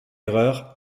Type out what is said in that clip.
erreur